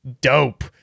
dope